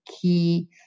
key